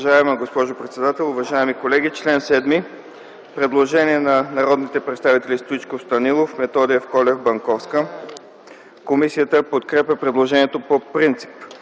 Уважаема госпожо председател, уважаеми колеги! По чл. 7 има предложение на народните представители Стоичков, Станилов, Методиев, Колев и Банковска. Комисията подкрепя предложението по принцип.